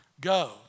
go